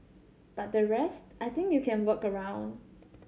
but the rest I think you can work around